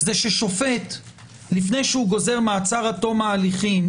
ששופט לפני שהוא גוזר מעצר עד תום ההליכים,